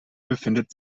befindet